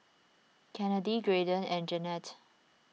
Kennedy Graydon and Jannette